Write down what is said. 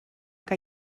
que